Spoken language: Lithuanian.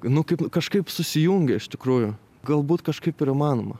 nu kaip kažkaip susijungia iš tikrųjų galbūt kažkaip ir įmanoma